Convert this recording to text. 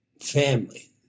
family